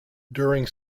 during